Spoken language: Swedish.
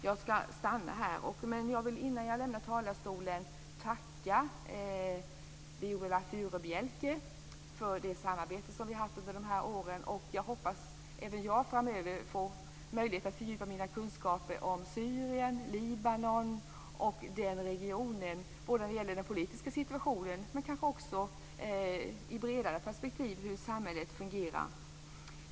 Jag stannar där, men innan jag lämnar talarstolen vill jag tacka Viola Furubjelke för det samarbete som vi har haft under de här åren. Jag hoppas att jag även framöver får möjlighet att fördjupa mina kunskaper om Syrien och Libanon och hela regionen, både den politiska situationen men kanske också i ett bredare perspektiv hur samhället fungerar.